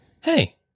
hey